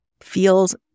feels